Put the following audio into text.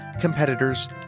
competitors